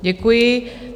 Děkuji.